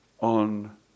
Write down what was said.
on